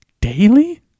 daily